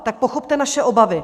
Tak pochopte naše obavy.